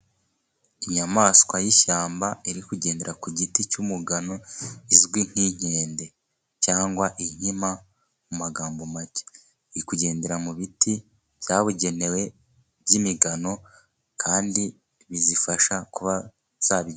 Inyamaswa y'ishyamba iri kugendera ku giti cy'umugano. Izwi nk'inkende cyangwa inkima mu magambo make . Iri ikugendera mu biti byabugenewe by'imigano kandi bizifasha kuba zabirya.